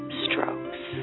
strokes